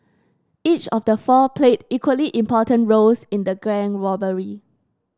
each of the four played equally important roles in the gang robbery